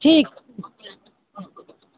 ठीक